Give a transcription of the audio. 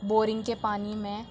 boring کے پانی میں